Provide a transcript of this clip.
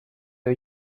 der